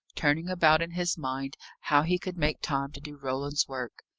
turning about in his mind how he could make time to do roland's work.